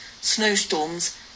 snowstorms